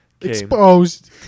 exposed